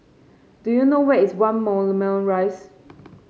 do you know where is One Moulmein Rise